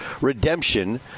redemption